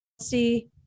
see